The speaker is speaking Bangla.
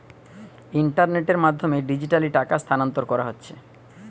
ইন্টারনেটের মাধ্যমে ডিজিটালি টাকা স্থানান্তর কোরা হচ্ছে